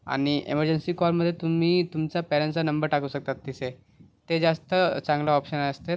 आणि एमर्जन्सी कॉलमध्ये तुम्ही तुमच्या पेरेन्सचा नंबर टाकू शकता तिथे ते जास्त चांगला ऑप्शन असतात